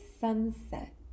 sunset